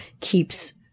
keeps